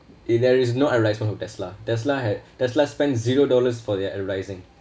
if there is no advertisement for tesla tesla had tesla spend zero dollars for their advertising